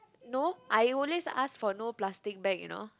no I will always ask for no plastic bag you know